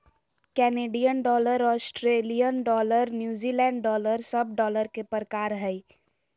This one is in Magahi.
Canadian dollar, Australian dollar, New Zealand dollar सब डॉलर के प्रकार हय